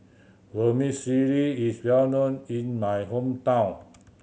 vermicelli is well known in my hometown